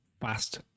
fast